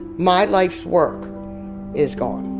my life's work is gone